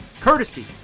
courtesy